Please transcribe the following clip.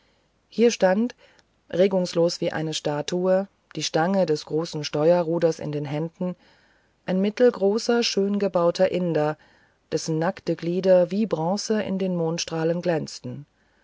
hier stand regungslos wie eine statue die stange des großen steuerruders in den händen ein mittelgroßer schön gebauter inder dessen nackte glieder wie bronze in den mondstrahlen glänzten